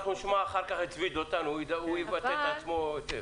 אנחנו אחר כך נשמע את צבי דותן והוא יבטא את עצמו היטב.